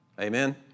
Amen